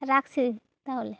রাখছি তাহলে